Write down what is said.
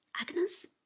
Agnes